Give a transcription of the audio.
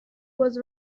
was